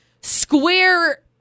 square